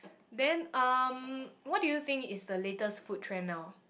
then um what do you think is the latest food trend now